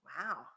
Wow